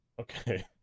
Okay